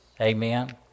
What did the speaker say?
Amen